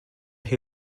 who